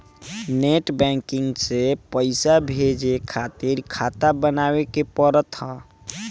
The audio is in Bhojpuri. नेट बैंकिंग से पईसा भेजे खातिर खाता बानवे के पड़त हअ